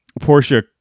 Portia